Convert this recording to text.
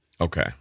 Okay